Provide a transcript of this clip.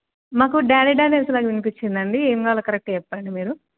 మాకు డేని డేనియల్స్ లాగా వినిపించిందండి ఏం కావాలో కరెక్ట్గా చెప్పండి మీరు